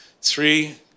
Three